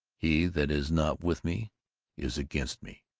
he that is not with me is against me